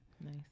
Nice